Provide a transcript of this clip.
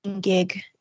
gig